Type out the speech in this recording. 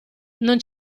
non